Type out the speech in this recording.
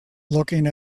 looking